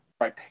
right